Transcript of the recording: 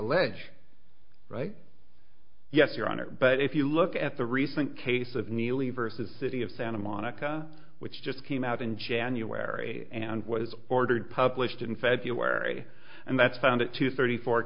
allege right yes your honor but if you look at the recent case of neely versus city of santa monica which just came out in january and was ordered published in february and that found it to thirty four